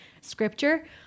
scripture